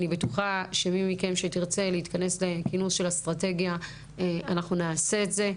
אני בטוחה שמי מכן שתרצה להתכנס לכינוס של אסטרטגיה אנחנו נעשה את זה.